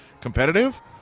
competitive